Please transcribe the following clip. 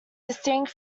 distinct